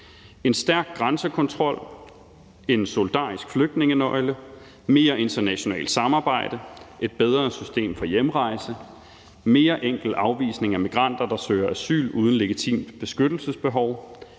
En stærk grænsekontrol, en solidarisk flygtningefordelingsnøgle, mere internationalt samarbejde, et bedre system for hjemrejse og en mere enkel afvisning af migranter, der søger asyl uden et legitimt beskyttelsesbehov